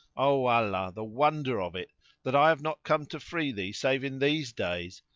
o allah! the wonder of it that i have not come to free thee save in these days!